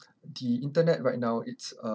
the internet right now it's uh